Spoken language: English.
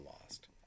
lost